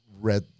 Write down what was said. read